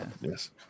Yes